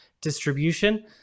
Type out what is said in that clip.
distribution